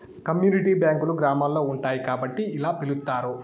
community బ్యాంకులు గ్రామాల్లో ఉంటాయి కాబట్టి ఇలా పిలుత్తారు